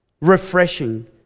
refreshing